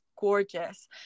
gorgeous